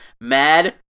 Mad